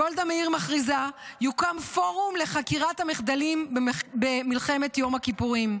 גולדה מאיר מכריזה: "יוקם פורום לחקירת המחדלים במלחמת יום הכיפורים".